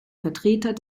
vertreter